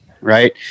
right